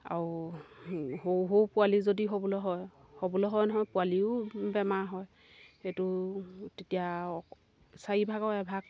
আৰু সৰু সৰু পোৱালি যদি হ'বলৈ হয় হ'বলৈ হয় নহয় পোৱালিও বেমাৰ হয় সেইটো তেতিয়া চাৰিভাগৰ এভাগ